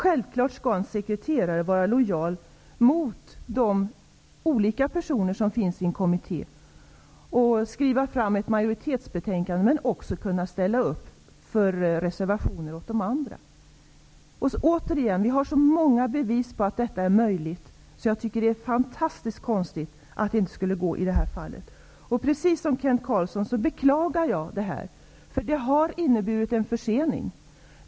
Självfallet skall en sekreterare vara lojal mot de olika personer som finns i en kommitté och skriva ett majoritetsbetänkande men också kunna ställa upp och skriva reservationer åt de andra i kommittén. Vi har så många bevis på att detta är möjligt att jag tycker att det är fantastiskt konstigt att det inte skulle vara möjligt i detta fall. Precis som Kent Carlsson beklagar jag detta. Det har nämligen inneburit en försening.